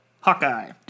Hawkeye